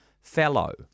Fellow